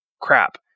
crap